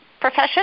profession